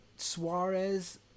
Suarez